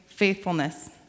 faithfulness